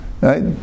Right